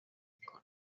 میکنم